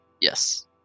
Yes